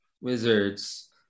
Wizards